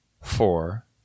four